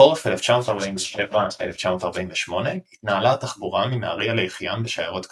בחורף 1947–1948 התנהלה התחבורה מנהריה ליחיעם בשיירות קטנות,